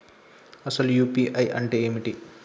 అసలు యూ.పీ.ఐ అంటే ఏమిటి?